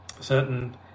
certain